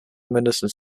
mindestens